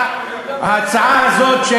ההצעה הזאת,